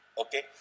okay